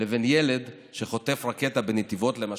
לבין ילד שחוטף רקטה בנתיבות, למשל,